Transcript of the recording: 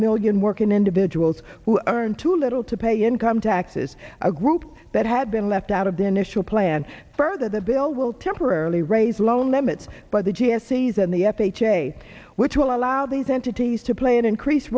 million working individuals who earn too little to pay income taxes a group that had been left out of the initial plan further the bill will temporarily raise loan limits by the g s a zen the f h a which will allow these entities to play an increased